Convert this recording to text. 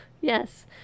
Yes